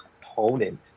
component